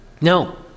No